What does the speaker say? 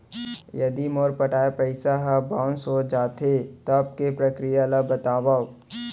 यदि मोर पटाय पइसा ह बाउंस हो जाथे, तब के प्रक्रिया ला बतावव